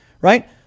right